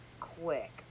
quick